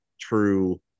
true